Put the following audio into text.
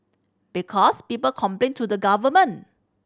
because people complain to the government